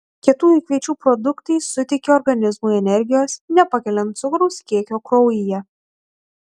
kietųjų kviečių produktai suteikia organizmui energijos nepakeliant cukraus kiekio kraujyje